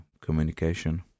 communication